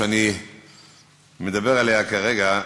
שאני מדבר עליה כרגע,